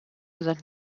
that